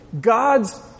God's